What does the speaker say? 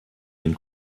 den